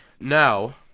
Now